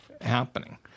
happening